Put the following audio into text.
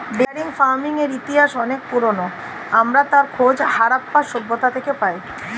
dairy ফার্মিংয়ের ইতিহাস অনেক পুরোনো, আমরা তার খোঁজ হারাপ্পা সভ্যতা থেকে পাই